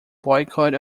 boycott